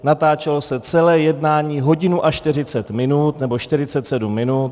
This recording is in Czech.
Natáčelo se celé jednání hodinu a 40 minut nebo 47 minut.